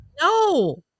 No